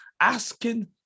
asking